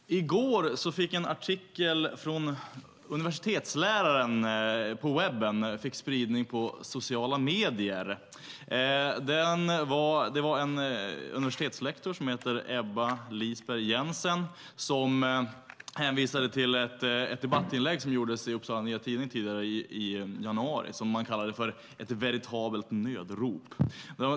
Herr talman! I går fick en artikel ur Universitetsläraren på webben spridning på sociala medier. Det var en universitetslektor som heter Ebba Lisberg Jensen som hänvisade till ett debattinlägg i Upsala Nya Tidning i januari, som man kallade för ett veritabelt nödrop.